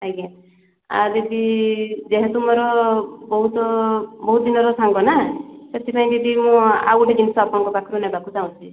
ଆଜ୍ଞା ଆଉ ଦିଦି ଯେହେତୁ ମୋର ବହୁତ ବହୁତ ଦିନର ସାଙ୍ଗନା ସେଇଥିପାଇଁ ଦିଦି ମୁଁ ଆଉ ଗୋଟେ ଜିନଷ ଆପଣଙ୍କ ପାଖରୁ ନେବାକୁ ଚାହୁଁଛି